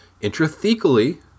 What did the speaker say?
intrathecally